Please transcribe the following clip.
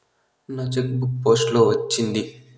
నా cheque book post లో వచ్చింది